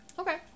Okay